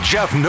Jeff